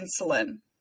insulin